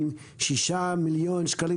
עם 6 מיליון שקל,